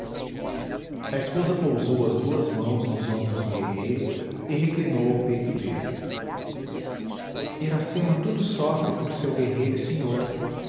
a esposa pousou as duas mãos nos ombros do guerreiro e reclinou ao peito dele iracema tudo sofre por seu guerreiro e senhor